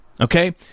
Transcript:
Okay